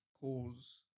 cause